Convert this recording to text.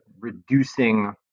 reducing